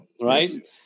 right